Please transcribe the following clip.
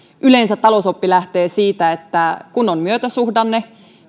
yleensä talousoppi lähtee siitä että kun on myötäsuhdanne